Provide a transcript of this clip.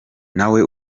nawe